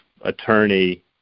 attorney